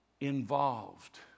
involved